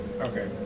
Okay